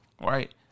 right